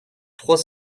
trois